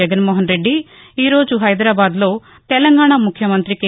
జగన్నోహన్ రెడ్డి ఈరోజు హైదరాబాద్ లో తెలంగాణ ముఖ్యమంత్రి కె